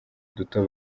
duto